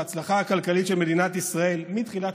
ההצלחה הכלכלית של מדינת ישראל מתחילת